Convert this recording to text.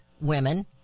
women